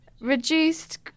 Reduced